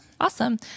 Awesome